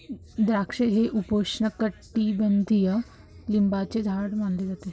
द्राक्षे हे उपोष्णकटिबंधीय लिंबाचे झाड मानले जाते